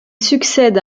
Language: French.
succède